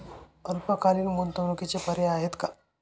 अल्पकालीन गुंतवणूकीचे पर्याय आहेत का?